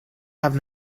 have